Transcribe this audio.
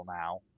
now